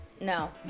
no